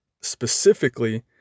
specifically